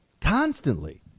constantly